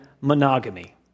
monogamy